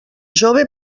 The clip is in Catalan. jove